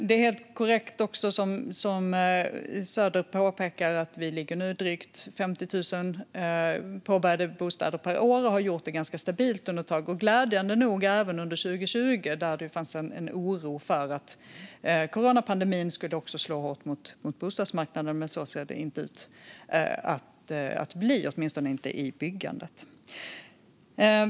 Det är också helt korrekt som Söder påpekar att vi nu ligger på drygt 50 000 påbörjade bostäder per år och har gjort det ganska stabilt ett tag, glädjande nog även under 2020, då det fanns en oro för att coronapandemin skulle slå hårt mot bostadsmarknaden. Så ser det inte ut att bli, åtminstone inte vad gäller byggandet.